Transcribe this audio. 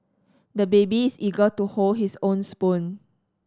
the baby is eager to hold his own spoon